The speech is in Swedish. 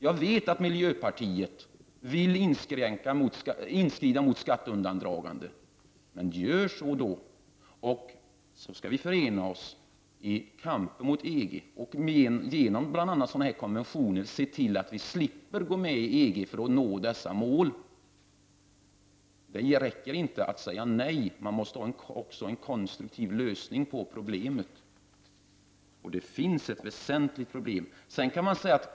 Jag vet att miljöpartiet vill inskrida mot skatteundandragande. Gör då det, och därefter skall vi förena oss i kampen mot EG. Genom bl.a. konventioner av detta slag skall vi se till att slippa gå med i EG för att nå dessa mål. Det räcker inte att säga nej; man måste också kunna föreslå en konstruktiv lösning på problemen. Det finns också ett väsentligt problem.